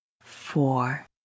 four